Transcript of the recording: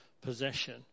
possession